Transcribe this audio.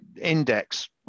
index